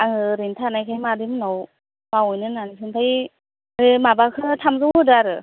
आङो ओरैनो थानायखाय मादै मोन्नाव मावहैनो होन्नानै आमफ्राय बे माबाखौ थामजौ होदो आरो